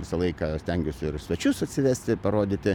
visą laiką stengiuosi ir svečius atsivesti parodyti